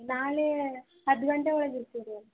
ನಾಳೆ ಹತ್ತು ಗಂಟೆ ಒಳಗೆ ಇರ್ತೀವಿ ರೀ ಅಲ್ಲಿ